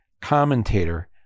commentator